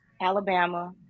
Alabama